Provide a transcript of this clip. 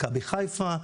מכבי חיפה,